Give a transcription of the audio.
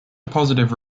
positive